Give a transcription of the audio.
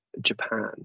Japan